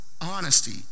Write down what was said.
honesty